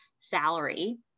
salary